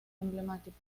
emblemática